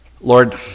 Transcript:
Lord